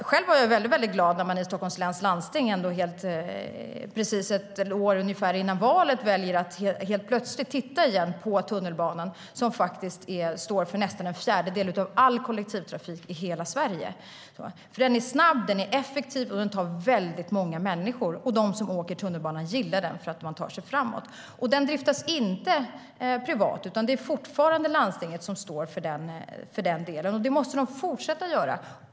Själv blev jag mycket glad när man i Stockholms läns landsting ungefär ett år före valet valde att helt plötsligt titta på tunnelbanan igen, som faktiskt står för nästan en fjärdedel av all kollektivtrafik i hela Sverige. Den är snabb. Den är effektiv. Den tar väldigt många människor. Och de som åker tunnelbana gillar den för att de tar sig framåt. Den drivs inte privat, utan det är fortfarande landstinget som står för den delen. Så måste det fortsätta att vara.